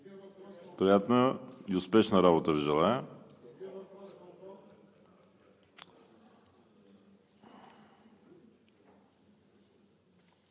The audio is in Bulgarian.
Приятна и успешна работа Ви желая!